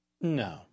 No